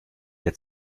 der